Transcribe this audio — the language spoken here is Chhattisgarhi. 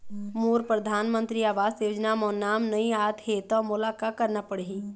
मोर परधानमंतरी आवास योजना म नाम नई आत हे त मोला का करना पड़ही?